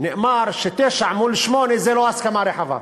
נאמר שתשעה מול שמונה זה לא הסכמה רחבה,